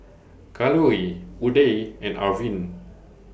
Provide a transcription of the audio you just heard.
Kalluri Udai and Arvind